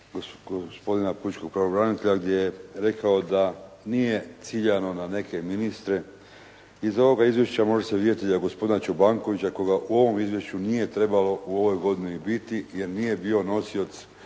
gospodina pučkog pravobranitelja gdje je rekao da nije ciljano na neke ministre. Iz ovoga izvješća može se vidjeti da gospodina Čobankovića, koga u ovom izvješću nije trebalo u ovoj godini biti jer nije bio nosilac